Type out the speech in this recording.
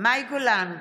מאי גולן,